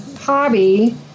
hobby